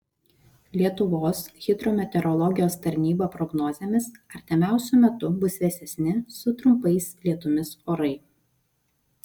lietuvos hidrometeorologijos tarnyba prognozėmis artimiausiu metu bus vėsesni su trumpais lietumis orai